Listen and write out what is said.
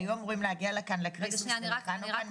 היו אמורים להגיע לכאן לכריסטמס ולחנוכה,